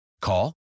Call